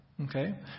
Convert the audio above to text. okay